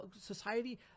society